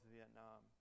Vietnam